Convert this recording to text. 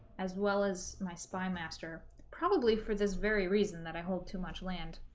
as well as my spymaster probably for this very reason that i hold too much land